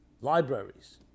libraries